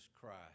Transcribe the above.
Christ